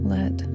Let